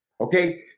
Okay